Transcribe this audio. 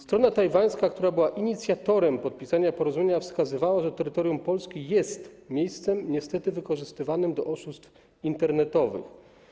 Strona tajwańska, która była inicjatorem podpisania porozumienia, wskazywała, że terytorium Polski jest miejscem niestety wykorzystywanym do oszustw internetowych.